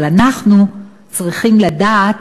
אבל אנחנו צריכים לדעת